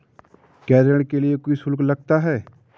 क्या ऋण के लिए कोई शुल्क लगता है?